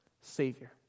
Savior